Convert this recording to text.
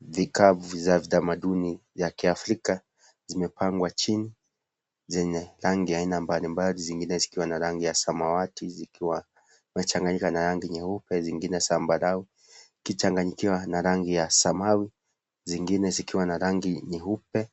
Vikapu za kitamaduni ya kiafrika zimepangwa chini zenye rangi ya aina mbalimbali zingine zikiwa na rangi ya samawati zikiwa zimechanganyika na rangi nyeupe zingine zambarau zikichanganyikiwa na rangi ya samau zingine zikiwa na rangi nyeupe